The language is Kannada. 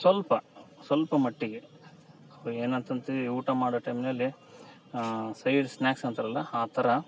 ಸ್ವಲ್ಪ ಸ್ವಲ್ಪ ಮಟ್ಟಿಗೆ ಏನಾತಂತೆ ಊಟ ಮಾಡೋ ಟೈಮ್ನಲ್ಲಿ ಸೈಡ್ ಸ್ನಾಕ್ಸ್ ಅಂತಾರಲ್ಲ ಆ ಥರ